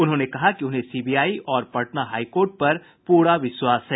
उन्होंने कहा कि उन्हें सीबीआई और पटना हाईकोर्ट पर पूरा विश्वास है